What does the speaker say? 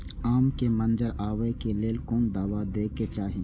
आम के मंजर आबे के लेल कोन दवा दे के चाही?